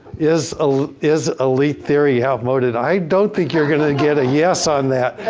is ah is elite theory outmoded? i don't think you're going to get a yes on that.